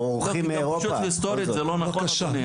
לא, פשוט היסטורית זה לא נכון, אדוני היושב ראש.